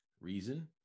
Reason